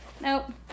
nope